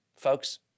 Folks